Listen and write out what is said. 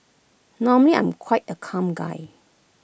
normally I'm quite A calm guy